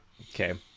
Okay